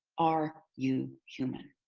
are you human?